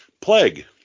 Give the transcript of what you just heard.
Plague